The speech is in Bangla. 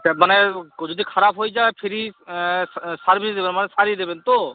তার মানে কো যদি খারাপ হয়ে যায় ফ্রি সার্ভিস দেবেন মানে সারিয়ে দেবেন তো